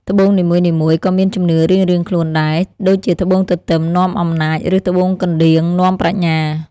ត្បូងនីមួយៗក៏មានជំនឿរៀងៗខ្លួនដែរ ដូចជាត្បូងទទឹមនាំអំណាច ឬត្បូងកណ្ដៀងនាំប្រាជ្ញា។